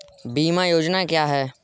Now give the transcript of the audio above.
बीमा योजना क्या है?